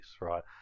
right